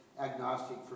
agnostic